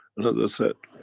and as i said,